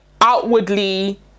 outwardly